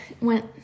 went